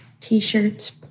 T-shirts